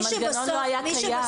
המנגנון לא היה קיים.